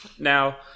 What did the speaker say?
Now